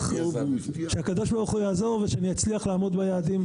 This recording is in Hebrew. שהקב"ה יעזור ושאני אצליח לעמוד ביעדים.